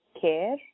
care